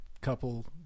couple